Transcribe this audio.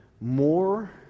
more